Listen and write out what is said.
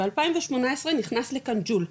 ב-2018 נכנס לכאן ג'ול,